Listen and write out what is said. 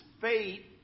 fate